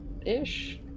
ish